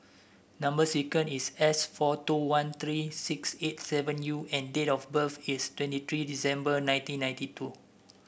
number sequence is S four two one three six eight seven U and date of birth is twenty three December nineteen ninety two